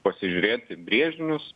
pasižiūrėti brėžinius